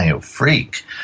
freak